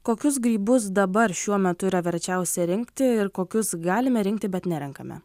kokius grybus dabar šiuo metu yra verčiausia rinkti ir kokius galime rinkti bet nerenkame